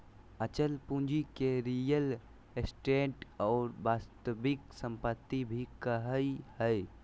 अचल पूंजी के रीयल एस्टेट और वास्तविक सम्पत्ति भी कहइ हइ